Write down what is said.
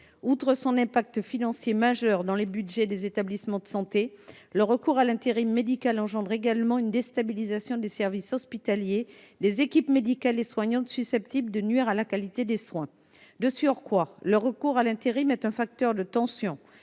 outre son impact financier majeur dans les Budgets des établissements de santé, le recours à l'intérim médical engendre également une déstabilisation des services hospitaliers, les équipes médicales et soignantes susceptibles de nuire à la qualité des soins, de surcroît, le recours à l'intérim est un facteur de tension,